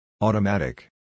Automatic